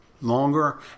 longer